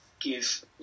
give